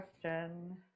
Question